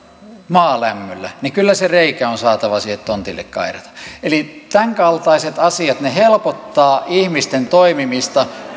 maalämmöllä niin kyllä se reikä on saatava siihen tontille kairata eli tämänkaltaiset asiat helpottavat ihmisten toimimista